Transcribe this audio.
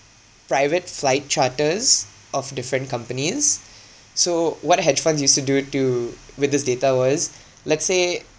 private flight charters of different companies so what hedge funds used to do to with this data was let's say